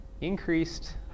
increased